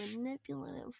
manipulative